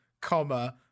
comma